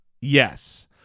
Yes